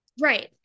right